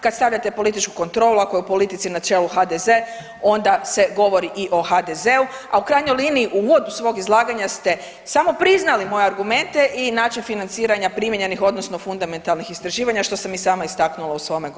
Kad stavljate političku kontrolu, ako je u politici na čelu HDZ onda se govori i o HDZ-u, a u krajnjoj liniji u uvodu svog izlaganja ste samo priznali moje argumente i način financiranja primijenjenih, odnosno fundamentalnih istraživanja što sam i sama istaknula u svome govoru.